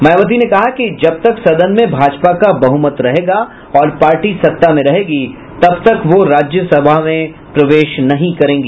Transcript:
मायावती ने कहा कि जब तक सदन में भाजपा का बहुमत रहेगा और पार्टी सत्ता में रहेगी तब तक वह राज्य सभा में प्रवेश नहीं करेंगी